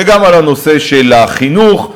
וגם לנושא של החינוך,